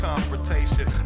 Confrontation